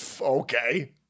Okay